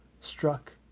struck